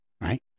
right